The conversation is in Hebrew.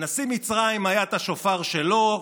לנשיא מצרים היה את השופר שלו,